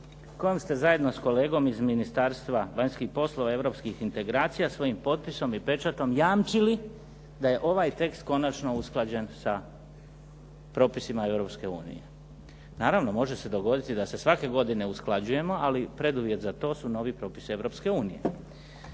kojom ste zajedno s kolegom iz Ministarstva vanjskih poslova i europskih integracija svojim potpisom i pečatom jamčili da je ovaj tekst konačno usklađen sa propisima Europske unije. Naravno može se dogoditi da ga svake godine usklađujemo ali preduvjet za to su novi propisi